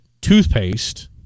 toothpaste